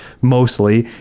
mostly